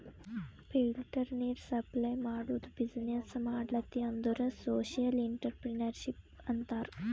filter ನೀರ್ supply ಮಾಡದು business ಮಾಡ್ಲತಿ ಅಂದುರ್ ಸೋಶಿಯಲ್ ಇಂಟ್ರಪ್ರಿನರ್ಶಿಪ್ ಅಂತಾರ್